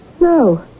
No